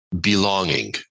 Belonging